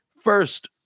first